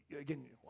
Again